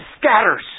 scatters